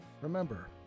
Remember